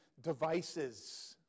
devices